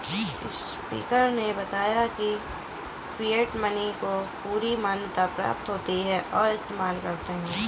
speaker ने बताया की फिएट मनी को पूरी मान्यता प्राप्त होती है और इस्तेमाल करते है